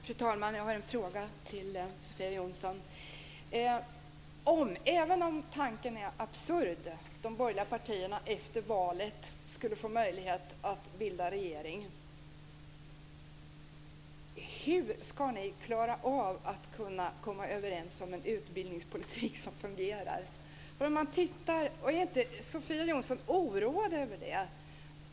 Fru talman! Jag har en fråga till Sofia Jonsson. Även om tanken är absurd undrar jag hur ni, om de borgerliga partierna efter valet skulle få möjlighet att bilda regering, ska klara av att komma överens om en utbildningspolitik som fungerar. Är inte Sofia Jonsson oroad över det?